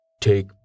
Take